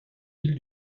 ville